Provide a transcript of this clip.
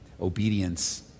obedience